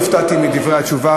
הופתעתי מדברי התשובה,